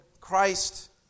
Christ